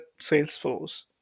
Salesforce